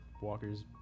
walkers